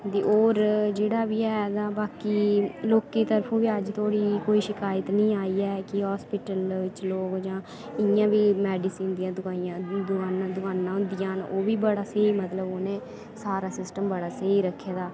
और जेह्ड़ा बी ऐ ते लोकें दी तरफूं ते अज्ज धोड़ी कोई शिकायत नी आई ऐ हास्पिटल च लोग इयां बी मेडिसिन दियां दवाइयां दवाइयां होंदियां न ओह् बी बड़ा स्हेई मतलब उनें सारा सिस्टम बड़ा स्हेई रक्खे दा